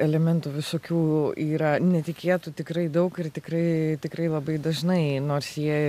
elementų visokių yra netikėtų tikrai daug ir tikrai tikrai labai dažnai nors jie